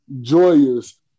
Joyous